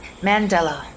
MANDELA